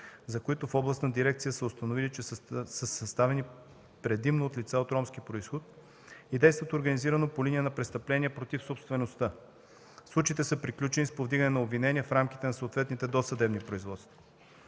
за които в областната дирекция са установили, че са предимно от лица от ромски произход и действат организирано по линия на престъпления против собствеността. Случаите са приключени с повдигане на обвинения в рамките на съответните досъдебни производства.